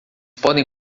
podem